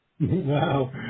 Wow